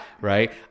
Right